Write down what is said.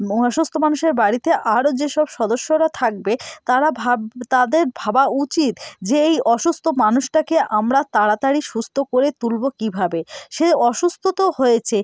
বা অসুস্থ মানুষের বাড়িতে আরো যেসব সদস্যরা থাকবে তারা ভাব তাদের ভাবা উচিত যে এই অসুস্থ মানুষটাকে আমরা তাড়াতাড়ি সুস্থ করে তুলবো কীভাবে সে অসুস্থ তো হয়েছে